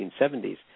1970s